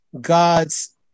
God's